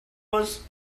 was